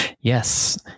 Yes